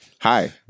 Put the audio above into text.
Hi